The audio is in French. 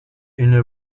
une